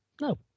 no